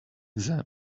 exam